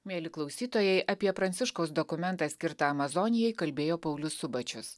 mieli klausytojai apie pranciškaus dokumentą skirtą amazonijai kalbėjo paulius subačius